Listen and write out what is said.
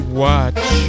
watch